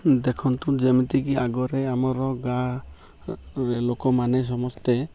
ଦେଖନ୍ତୁ ଯେମିତିକି ଆଗରେ ଆମର ଗାଁରେ ଲୋକମାନେ ସମସ୍ତେ